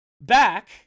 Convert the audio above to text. back